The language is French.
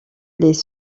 les